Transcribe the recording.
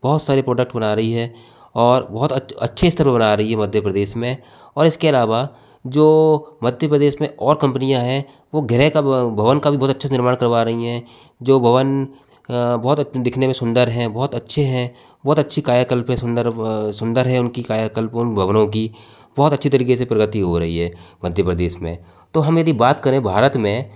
बहुत सारे प्रोडक्ट बना रही है और बहुत अच्छे स्तर पर बना रही है मध्य प्रदेश में और इसके अलावा जो मध्य प्रदेश में और कंपनियां है वो गृह का भवन का भी बहुत अच्छे से निर्माण करवा रही हैं जो भवन अ बहुत दिखने में सुंदर हैं बहुत अच्छे हैं बहुत अच्छी कायाकल्प अ सुंदर सुंदर है उनकी कायाकल्प उन भवनों की बहुत अच्छी तरीके से प्रगति हो रही है मध्य प्रदेश में तो हम यदि बात करें भारत में